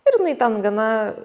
ir jinai ten gana